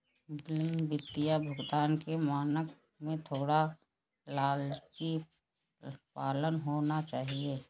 विलंबित भुगतान के मानक में थोड़ा लचीलापन होना चाहिए